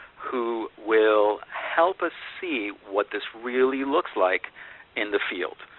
who will help us see what this really looks like in the field.